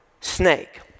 snake